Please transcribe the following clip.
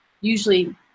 usually